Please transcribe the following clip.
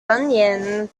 onions